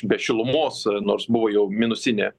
be šilumos nors buvo jau minusinė